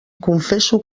confesso